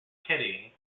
kennedy